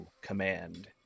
command